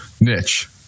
niche